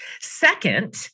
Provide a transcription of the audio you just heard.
Second